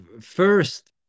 first